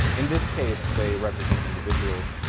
in this case they represent individuals.